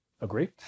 Agree